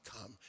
come